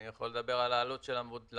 אני יכול לדבר על העלות למבוטחים.